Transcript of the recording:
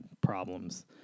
problems